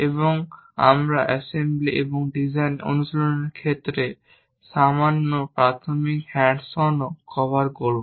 এবং আমরা অ্যাসেম্বলি এবং ডিসাইন অনুশীলনের ক্ষেত্রে সামান্য প্রাথমিক হ্যান্ডস অনও কভার করব